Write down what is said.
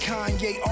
Kanye